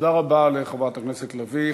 תודה רבה לחברת הכנסת לביא.